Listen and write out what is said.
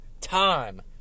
time